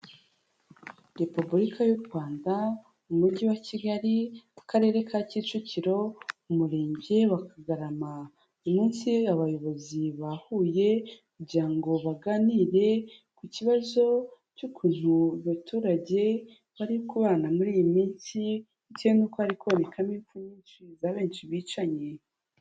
Repubulika y'u Rwanda mu mujyi wa Kigali akarere ka Kicukiro umurenge wa Kagarama, uyu munsi abayobozi bahuye kugira ngo baganire ku kibazo cy'ukuntu abaturage bari kubana muri iyi minsi bitewe n'uko hari kuboneka impfu nyinshi za benshi bicanye.